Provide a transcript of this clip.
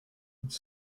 więc